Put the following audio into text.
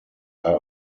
are